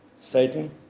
Satan